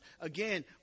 Again